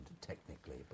technically